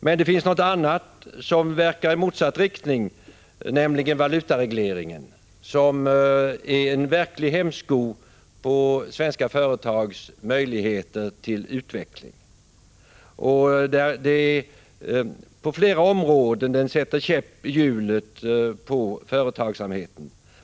Men det finns något annat som verkar i motsatt riktning, nämligen valutaregleringen, som är en verklig hämsko på svenska företags möjligheter 147 till utveckling. På flera områden sätter den käpp i hjulet för företagsamheten.